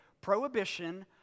prohibition